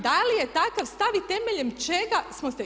Da li je takav stav i temeljem čega smo se.